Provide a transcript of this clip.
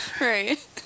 Right